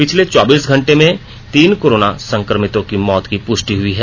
पिछले चौबीस घंटे में तीन कोरोना संक्रमितों की मौत की पुष्टि हुई है